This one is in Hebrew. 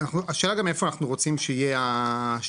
השאלה גם איפה אנחנו רוצים שיהיה השוויון,